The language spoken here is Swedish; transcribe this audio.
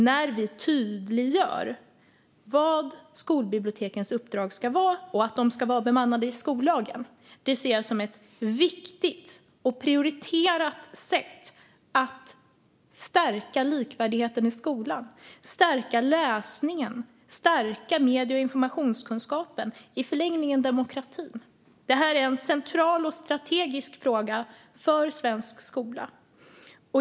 Att tydliggöra i skollagen vad skolbibliotekens uppdrag ska vara och att de ska vara bemannade ser jag som ett viktigt och prioriterat sätt att stärka likvärdigheten i skolan, stärka läsningen, stärka medie och informationskunskapen och i förlängningen stärka demokratin. Det här är en central och strategisk fråga för svensk skola.